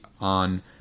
on